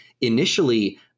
initially